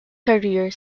career